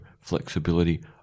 flexibility